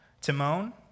Timon